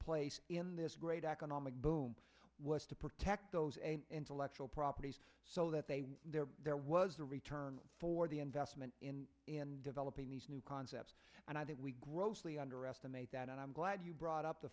place in this great economic boom was to protect those intellectual properties so that they were there there was a return for the investment in and developing these new concepts and i think we grossly underestimate that and i'm glad you brought up the